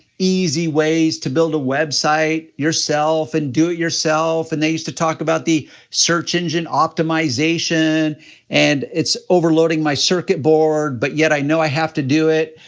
easy ways to build a website yourself and do it yourself, and they used to talk about the search engine optimization and it's overloading my circuit board, but yet i know i have to do it.